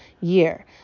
year